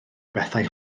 bethau